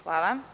Hvala.